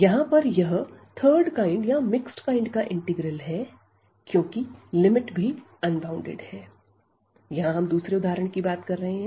यहां पर यह थर्ड काइंड या मिक्स्ड काइंड का इंटीग्रल है क्योंकि लिमिट भी अनबॉउंडेड है